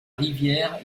rivière